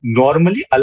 normally